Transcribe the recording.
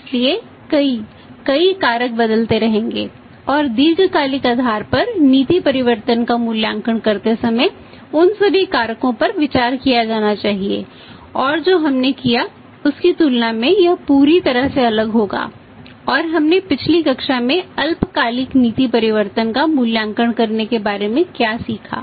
इसलिए कई कई कारक बदलते रहेंगे और दीर्घकालिक आधार पर नीति परिवर्तन का मूल्यांकन करते समय उन सभी कारकों पर विचार किया जाना चाहिए और जो हमने किया उसकी तुलना में यह पूरी तरह से अलग होगा और हमने पिछली कक्षा में अल्पकालिक नीति परिवर्तन का मूल्यांकन करने के बारे में क्या सीखा